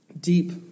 Deep